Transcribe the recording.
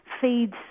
feeds